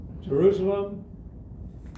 Jerusalem